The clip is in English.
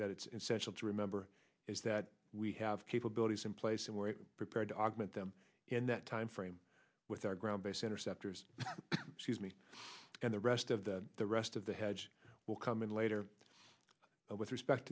that it's essential to remember is that we have capabilities in place and we're prepared to augment them in that timeframe with our ground based interceptors sees me and the rest of the the rest of the hedge will come in later with respect